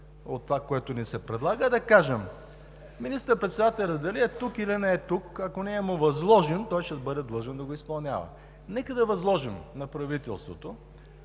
от това, което ни се предлага, а да кажем. Министър-председателят дали е тук или не е тук, ако ние му възложим, той ще бъде длъжен да го изпълнява. Нека да възложим на правителството